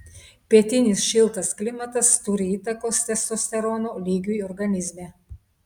pietinis šiltas klimatas turi įtakos testosterono lygiui organizme